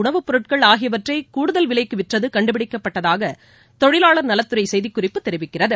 உணவு பொருட்கள் ஆகியவற்றை கூடுதல் விலைக்கு விற்றது கண்டுபிடிக்கப்பட்டதாக தொழிலாளர் நலத்துறை செய்திக்குறிப்பு தெரிவிக்கிறது